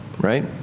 Right